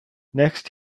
next